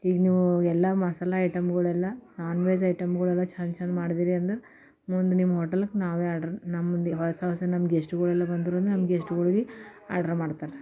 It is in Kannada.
ಈಗ ನೀವು ಎಲ್ಲ ಮಸಾಲೆ ಐಟಮ್ಗಳೆಲ್ಲ ನಾನ್ ವೆಜ್ ಐಟಮ್ಗಳೆಲ್ಲ ಚಂದ ಚಂದ ಮಾಡಿದಿರಿ ಅಂದ್ರ ಮುಂದೆ ನಿಮ್ಮ ಹೋಟೆಲಿಗೆ ನಾವೇ ಆರ್ಡರ್ ನಮ್ಮ ಹೊಸ ಹೊಸ ನಮ್ಮ ಗೆಸ್ಟ್ಗಳೆಲ್ಲ ಬಂದ್ರು ನಮ್ಮ ಗೆಸ್ಟ್ಗಳ್ಗೆ ಆರ್ಡರ್ ಮಾಡ್ತಾರೆ